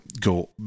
go